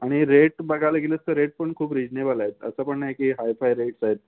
आणि रेट बघायला गेलं तर रेट पण खूप रिझनेबल आहेत असं पण नाही की हायफाय रेट्स आहेत